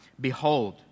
Behold